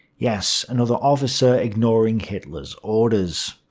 yes, another officer ignoring hitler's orders.